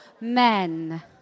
men